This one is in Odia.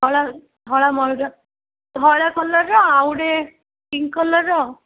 ଧଳା ଧଳା ମୟୂର ଧଳା କଲର୍ର ଆଉ ଗୋଟେ ପିଙ୍କ କଲର୍ର